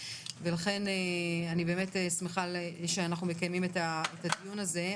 ולכן אני באמת שמחה שאנחנו מקיימים את הדיון הזה.